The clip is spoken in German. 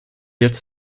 jetzt